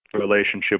Relationship